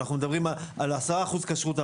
אנחנו מדברים על 10% כשרות,